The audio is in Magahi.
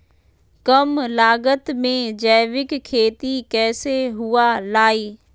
कम लागत में जैविक खेती कैसे हुआ लाई?